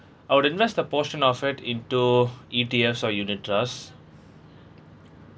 I would invest a portion of it into E_T_Fs or unit trust